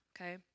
Okay